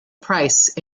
price